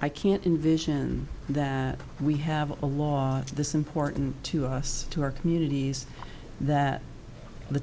i can't envision that we have a law this important to us to our communities that the